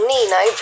Nino